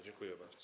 Dziękuję bardzo.